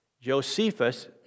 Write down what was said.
Josephus